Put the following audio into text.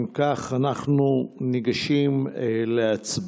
אם כך, אנחנו ניגשים להצבעה.